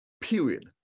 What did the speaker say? period